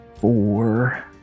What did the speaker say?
Four